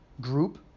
group